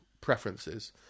preferences